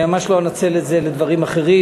אני ממש לא אנצל את זה לדברים אחרים.